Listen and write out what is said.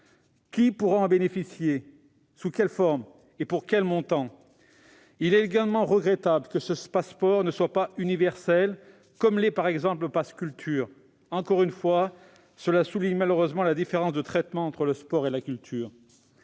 Qui pourra en bénéficier ? Sous quelle forme et pour quel montant ? Il est également regrettable que ce Pass'Sport ne soit pas universel, à l'instar du Pass'Culture. Encore une fois, cela souligne malheureusement la différence de traitement entre le sport et la culture.